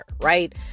right